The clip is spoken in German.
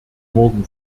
morgen